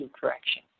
correction